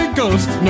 ghost